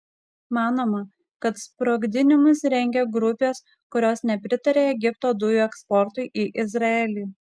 manoma kad sprogdinimus rengia grupės kurios nepritaria egipto dujų eksportui į izraelį